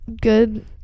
good